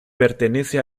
pertenece